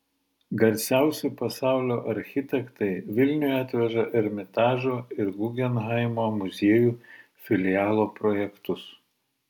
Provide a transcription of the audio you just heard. garsiausi pasaulio architektai vilniui atveža ermitažo ir gugenhaimo muziejų filialo projektus